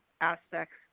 aspects